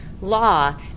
law